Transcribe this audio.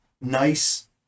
nice